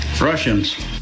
Russians